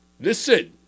Listen